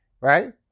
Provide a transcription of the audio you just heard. right